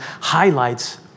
highlights